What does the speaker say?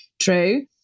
true